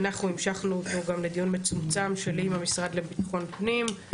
אנחנו המשכנו אותו גם בדיון מצומצם שלי עם המשרד לביטחון הפנים,